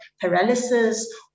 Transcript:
paralysis